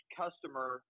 customer